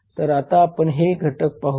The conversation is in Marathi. तर आता आपण हे 2 घटक पाहूया